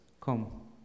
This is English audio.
Come